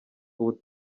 ubu